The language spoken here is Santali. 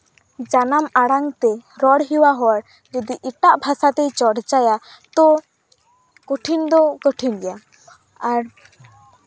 ᱡᱟᱱᱟᱢ ᱟᱲᱟᱝ ᱛᱮ ᱨᱚᱲ ᱦᱮᱣᱟ ᱦᱚᱲ ᱡᱩᱫᱤ ᱮᱴᱟᱜ ᱵᱷᱟᱥᱟ ᱛᱮᱭ ᱪᱚᱨᱪᱟᱭᱟ ᱛᱚ ᱠᱚᱴᱷᱤᱱ ᱫᱚ ᱠᱚᱴᱷᱤᱱ ᱜᱮᱭᱟ ᱟᱨ